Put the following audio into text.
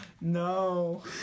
No